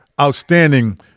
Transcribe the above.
Outstanding